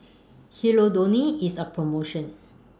Hirudoid IS on promotion